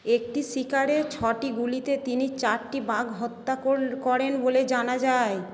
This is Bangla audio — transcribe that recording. একটি শিকারে ছটি গুলিতে তিনি চারটি বাঘ হত্যা করেন বলে জানা যায়